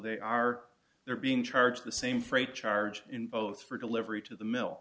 they are they're being charged the same freight charge in both for delivery to the m